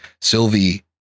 Sylvie